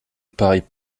pareille